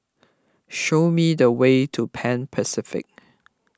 show me the way to Pan Pacific